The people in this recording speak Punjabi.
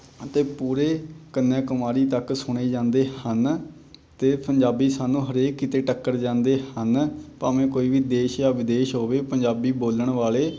ਅਤੇ ਪੂਰੇ ਕੰਨਿਆ ਕੁਮਾਰੀ ਤੱਕ ਸੁਣੇ ਜਾਂਦੇ ਹਨ ਅਤੇ ਪੰਜਾਬੀ ਸਾਨੂੰ ਹਰੇਕ ਕਿਤੇ ਟੱਕਰ ਜਾਂਦੇ ਹਨ ਭਾਵੇਂ ਕੋਈ ਵੀ ਦੇਸ਼ ਜਾਂ ਵਿਦੇਸ਼ ਹੋਵੇ ਪੰਜਾਬੀ ਬੋਲਣ ਵਾਲੇ